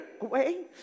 away